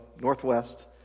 northwest